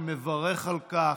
אני מברך על כך.